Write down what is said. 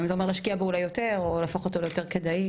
אם זה אומר אולי להשקיע בו יותר או להפוך אותו ליותר כדאי.